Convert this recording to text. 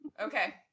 Okay